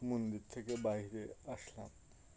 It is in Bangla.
মন্দির থেকে বাইরে আসলাম